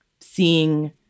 seeing